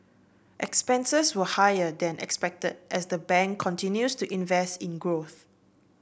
expenses were higher than expected as the bank continues to invest in growth